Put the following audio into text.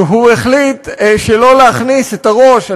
שהחליט שלא להכניס את הראש,